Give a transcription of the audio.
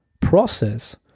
process